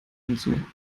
hinzu